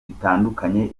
bitandukanye